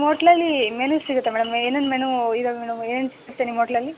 ನಿಮ್ಮ ಓಟ್ಲಲ್ಲೀ ಮೆನು ಸಿಗುತ್ತಾ ಮೇಡಮ್ ಏನೇನು ಮೆನೂ ಇದ್ದಾವೆ ಮೇಡಮ್ ಏನೇನು ಸಿಗುತ್ತೆ ನಿಮ್ಮ ಓಟ್ಲಲ್ಲಿ